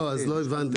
אז לא הבנתם.